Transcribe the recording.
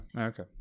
Okay